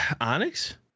Onyx